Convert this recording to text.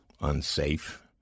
unsafe